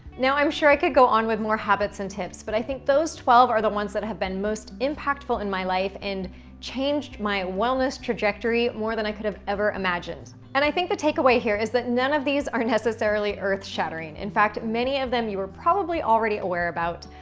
now, i'm sure i could go on with more habits and tips, but i think those twelve are the ones that have been most impactful in my life and changed my wellness trajectory more than i could have ever imagined. and i think the takeaway here is that none of these are necessarily earth-shattering. in fact, many of them, you were probably already aware about,